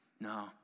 No